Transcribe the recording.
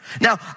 Now